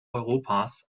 europas